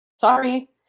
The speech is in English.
Sorry